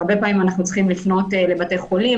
הרבה פעמים אנחנו צריכים לפנות לבתי חולים,